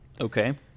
Okay